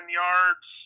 yards